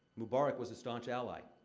mubarak was a staunch ally.